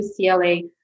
UCLA